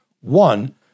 One